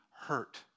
hurt